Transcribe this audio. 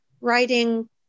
writing